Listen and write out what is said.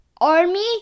army